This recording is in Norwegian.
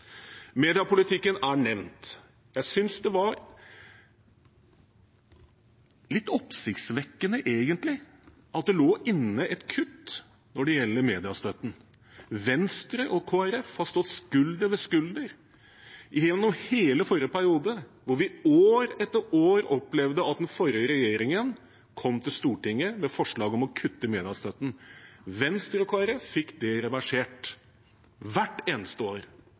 Mediepolitikken er nevnt. Jeg synes egentlig det var litt oppsiktsvekkende at det lå inne et kutt når det gjelder mediestøtten. Venstre og Kristelig Folkeparti har stått skulder ved skulder gjennom hele forrige periode, hvor vi år etter år opplevde at den forrige regjeringen kom til Stortinget med forslag om å kutte mediestøtten. Venstre og Kristelig Folkeparti fikk det reversert hvert eneste år.